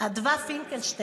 אין את הנוכחות.